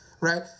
Right